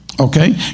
okay